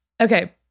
Okay